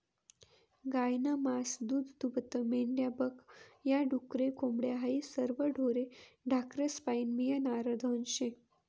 गायनं मास, दूधदूभतं, मेंढ्या बक या, डुकरे, कोंबड्या हायी सरवं ढोरे ढाकरेस्पाईन मियनारं धन शे